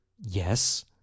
Yes